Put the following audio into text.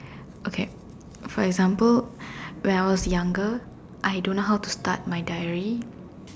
okay for example when I was younger I don't know how to start my diary